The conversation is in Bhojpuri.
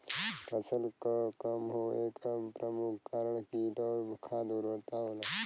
फसल क कम होवे क प्रमुख कारण कीट और खाद उर्वरता होला